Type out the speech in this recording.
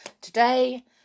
Today